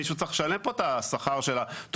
מישהו צריך לשלם פה את השכר של התוכניתן,